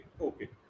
Okay